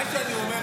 מה שאני אומר,